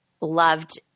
loved